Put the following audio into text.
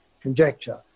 conjecture